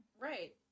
right